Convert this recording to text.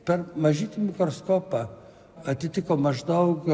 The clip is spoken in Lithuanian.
per mažytį mikroskopą atitiko maždaug